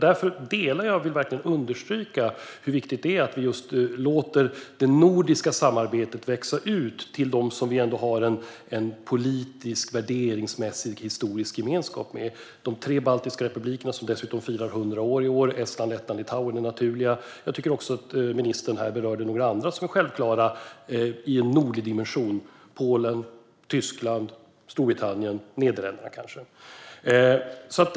Därför vill jag verkligen understryka hur viktigt det är att vi låter det nordiska samarbetet växa ut till dem som vi har en politisk, värderingsmässig och historisk gemenskap med. De tre baltiska republikerna Estland, Lettland och Litauen - de firar dessutom 100 år i år - är naturliga. Jag tycker också att ministern här berörde några andra som är självklara i en nordlig dimension: Polen, Tyskland, Storbritannien och kanske Nederländerna.